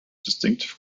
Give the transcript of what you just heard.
distinctive